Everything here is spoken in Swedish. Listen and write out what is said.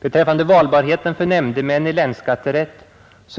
Beträffande valbarheten för nämndemän i länsskatterätt